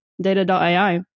data.ai